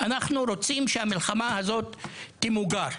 אנחנו רוצים שהמלחמה הזאת תמוגר.